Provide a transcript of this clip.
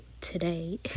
today